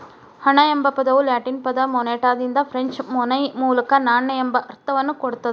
ಹಣ ಎಂಬ ಪದವು ಲ್ಯಾಟಿನ್ ಪದ ಮೊನೆಟಾದಿಂದ ಫ್ರೆಂಚ್ ಮೊನೈ ಮೂಲಕ ನಾಣ್ಯ ಎಂಬ ಅರ್ಥವನ್ನ ಕೊಡ್ತದ